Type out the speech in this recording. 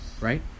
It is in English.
Right